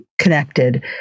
Connected